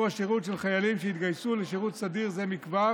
השירות של חיילים שהתגייסו לשירות סדיר זה מכבר